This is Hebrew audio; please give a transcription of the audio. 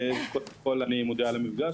אני מודה על המפגש,